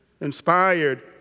inspired